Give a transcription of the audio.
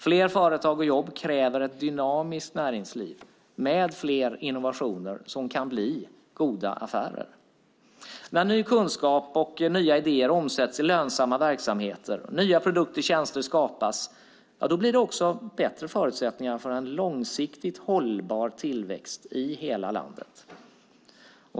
Fler företag och jobb kräver ett dynamiskt näringsliv med fler innovationer som kan bli goda affärer. När ny kunskap och nya idéer omsätts i lönsamma verksamheter och nya produkter och tjänster skapas blir det också bättre förutsättningar för en långsiktigt hållbar tillväxt i hela landet.